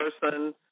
person